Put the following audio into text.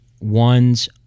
one's